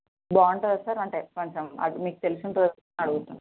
బాగుంటుందా సార్ అంటే కొంచెం అది మీకు తెలిసి ఉంటుంది కదా అని అడుగుతున్నాను